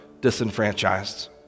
disenfranchised